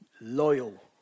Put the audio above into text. loyal